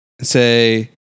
Say